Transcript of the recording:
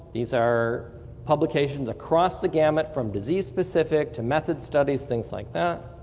these are publications across the gamut from disease-specific to method studies, things like that.